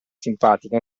simpatica